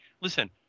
Listen